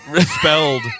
spelled